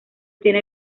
tiene